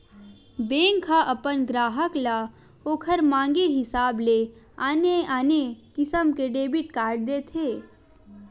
bank ह अपन गराहक ल ओखर मांगे हिसाब ले आने आने किसम के डेबिट कारड देथे